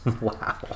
wow